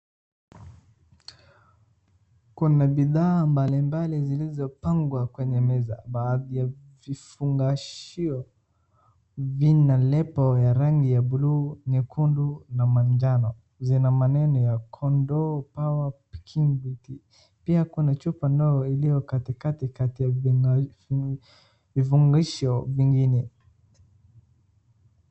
Kuna bidhaa mbalimbali zilizopangwa kwenye meza. Baadhi ya vifungashio vina lebo ya rangi ya blue , nyekundu na manjano. Zina maneno ya Condor Power Viking V8 . Pia kuna chupa ndogo iliyo katikati kati ya vifungashio vingine.